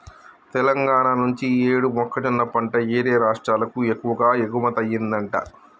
తెలంగాణా నుంచి యీ యేడు మొక్కజొన్న పంట యేరే రాష్టాలకు ఎక్కువగా ఎగుమతయ్యిందంట